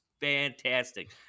fantastic